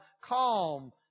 calm